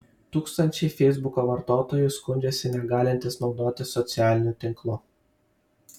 tūkstančiai feisbuko vartotojų skundžiasi negalintys naudotis socialiniu tinklu